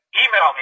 email